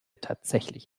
tatsächlich